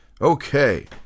Okay